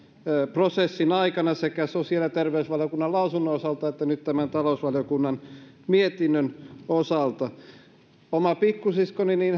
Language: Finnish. prosessin aikana sekä sosiaali ja terveysvaliokunnan lausunnon osalta että nyt talousvaliokunnan mietinnön osalta omalla pikkusiskollani